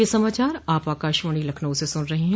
ब्रे क यह समाचार आप आकाशवाणी लखनऊ से सुन रहे हैं